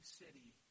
city